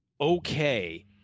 okay